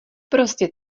prostě